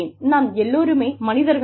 நாம் எல்லோருமே மனிதர்கள் தான்